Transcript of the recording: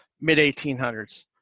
mid-1800s